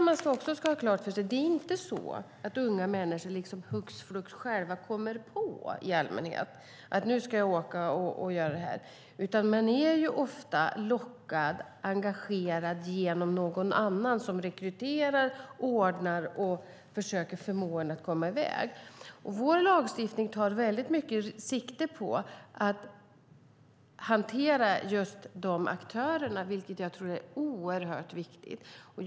Man ska ha klart för sig att unga människor i allmänhet inte själva hux flux kommer på att nu ska de åka och göra det här, utan de blir ofta lockade och engagerade av någon annan som rekryterar, ordnar det hela och försöker förmå dem att åka i väg. Vår lagstiftning tar väldigt mycket sikte på just dessa aktörer, vilket jag tror är oerhört viktigt.